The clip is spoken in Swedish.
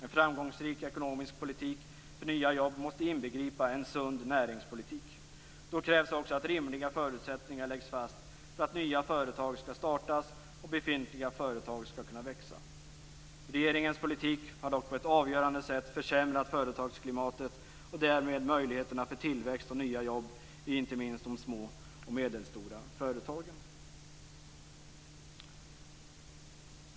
En framgångsrik ekonomisk politik för nya jobb måste inbegripa en sund näringspolitik. Då krävs också att rimliga förutsättningar läggs fast för att nya företag skall startas och befintliga företag skall kunna växa. Regeringens politik har dock på ett avgörande sätt försämrat företagsklimatet och därmed möjligheterna för tillväxt och nya jobb i inte minst de små och medelstora företagen.